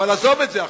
אבל עזוב את זה עכשיו.